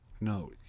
No